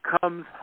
comes